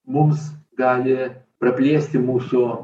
mums gali praplėsti mūsų